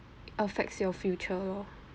affects your future lor